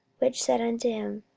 which said unto him,